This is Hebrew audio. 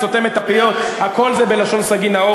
"סותמת את הפיות" הכול זה בלשון סגי נהור,